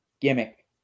gimmick